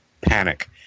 panic